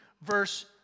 verse